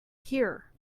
here